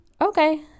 Okay